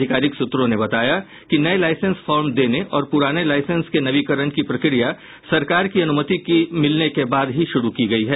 अधिकारिक सूत्रों ने बताया कि नये लाइसेंस फार्म देने और प्रराने लाइसेंस के नवीकरण की प्रक्रिया सरकार की अनुमति मिलने के बाद शुरू की गयी है